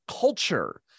culture